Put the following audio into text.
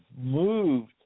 moved